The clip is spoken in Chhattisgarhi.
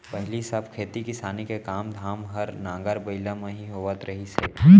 पहिली सब खेती किसानी के काम धाम हर नांगर बइला म ही होवत रहिस हे